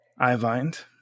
iVind